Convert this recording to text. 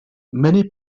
many